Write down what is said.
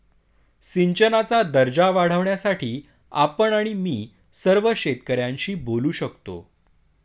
सिंचनाचा दर्जा वाढवण्यासाठी आपण आणि मी सर्व शेतकऱ्यांशी बोलू शकतो